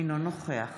אינו נוכח